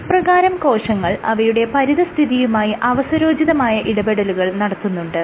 ഇപ്രകാരം കോശങ്ങൾ അവയുടെ പരിതഃസ്ഥിതിയുമായി അവസരോചിതമായ ഇടപെടലുകൾ നടത്തുന്നുണ്ട്